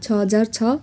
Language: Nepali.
छ हजार छ